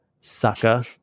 sucker